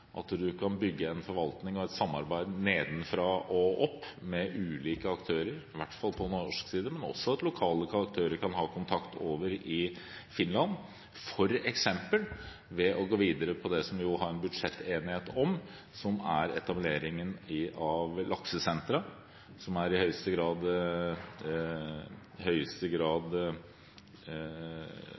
norsk side, men også slik at lokale aktører kan ha kontakt over i Finland – f.eks. ved å gå videre på det vi har en budsjettenighet om, som er etablering av laksesenter, som i høyeste grad